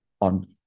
on